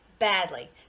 Badly